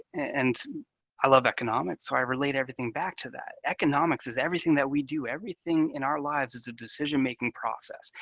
and i love economics so i relate everything back to that. economics is everything that we do, everything in our lives is a decision-making process.